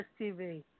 TV